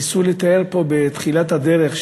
ניסו לתאר פה בתחילת הדרך,